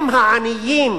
אם העניים